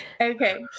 Okay